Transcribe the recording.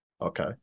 Okay